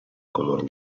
color